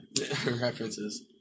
references